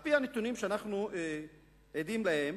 על-פי הנתונים שאנחנו עדים להם,